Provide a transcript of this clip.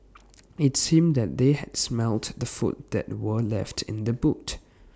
IT seemed that they had smelt the food that were left in the boot